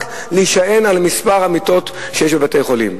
להישען על מספר המיטות שיש בבתי-חולים.